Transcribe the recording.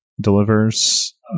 delivers